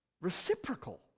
reciprocal